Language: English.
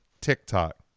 TikTok